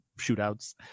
shootouts